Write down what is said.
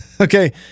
Okay